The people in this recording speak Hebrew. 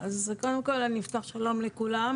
אז קודם כל אני אפתח שלום לכולם,